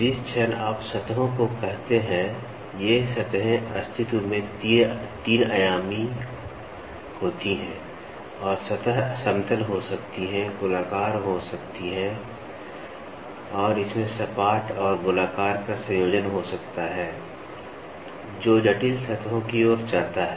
जिस क्षण आप सतहों को कहते हैं ये सतहें अस्तित्व में 3 आयामी होती हैं और सतह समतल हो सकती हैं गोलाकार हो सकती हैं और इसमें सपाट और गोलाकार का संयोजन हो सकता है जो जटिल सतहों की ओर जाता है